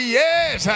yes